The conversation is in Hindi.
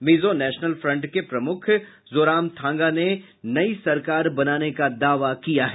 मिजो नेशनल फ्रंट के प्रमुख जोरमथंगा ने नई सरकार बनाने का दावा किया है